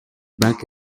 bark